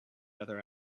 other